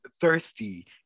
thirsty